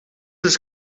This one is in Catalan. els